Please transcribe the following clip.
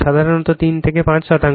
সাধারণত 3 থেকে 5 শতাংশ